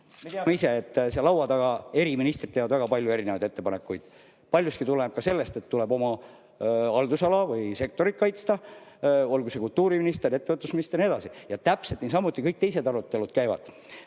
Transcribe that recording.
Me teame ise, et seal laua taga eri ministrid teevad väga palju erinevaid ettepanekuid. Paljuski tuleneb see ka sellest, et tuleb oma haldusala või sektorit kaitsta, olgu see kultuuriministri, ettevõtlusministri jne [haldusala]. Täpselt niisamuti kõik teised arutelud käivad.